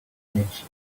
ledge